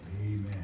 Amen